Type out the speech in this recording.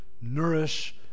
nourish